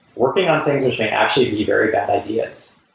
working on things actually actually be very bad ideas.